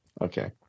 Okay